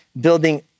building